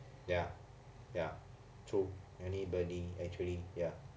ya ya true anybody actually ya